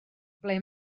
ble